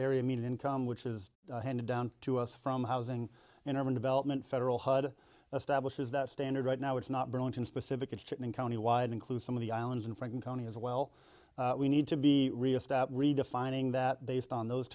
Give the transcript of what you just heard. area median income which is handed down to us from housing and urban development federal hud establishes that standard right now it's not burlington specific and county wide include some of the islands in franklin county as well we need to be redefining that based on those